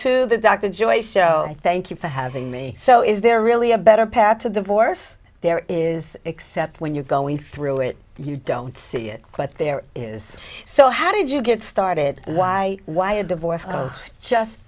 into the dr joy show thank you for having me so is there really a better path to divorce there is except when you're going through it you don't see it quite there is so how did you get started why why a divorce just